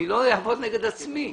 אעבוד נגד עצמי.